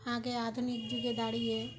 আগে আধুনিক যুগে দাঁড়িয়ে